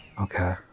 Okay